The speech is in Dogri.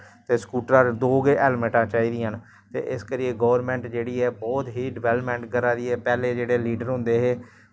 ते स्कू़टरा पर दो गै हैलमटां चाही दियां न ते इस करियै गौरमैंट जेह्ड़ी ऐ बहुत ही डवैलमैंट करा दी ऐ पैह्लें जेह्ड़े लीडर होंदे हे